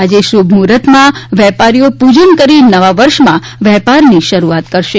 આજે શુભ મુહૂર્તમાં વેપારીએ પૂજન કરી નવા વર્ષમાં વેપારની શરૂઆત કરશે